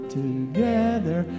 together